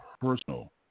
personal